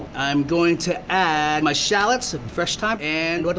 i'm going to add my shallots, and fresh thyme and but